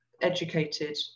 educated